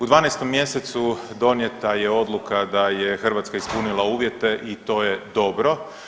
U 12. mj. donijeta je odluka da je Hrvatska ispunila uvjete i to je dobro.